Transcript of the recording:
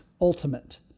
Ultimate